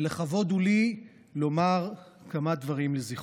ולכבוד הוא לי לומר כמה דברים לזכרו.